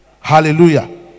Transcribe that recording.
hallelujah